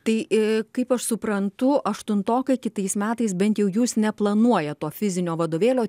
tai kaip aš suprantu aštuntokai kitais metais bent jau jūs neplanuojat to fizinio vadovėlio